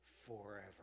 forever